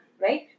right